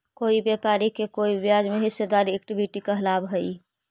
कोई व्यापारी के कोई ब्याज में हिस्सेदारी इक्विटी कहलाव हई